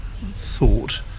Thought